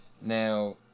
Now